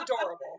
adorable